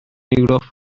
europe